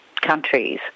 countries